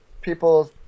People